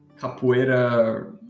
Capoeira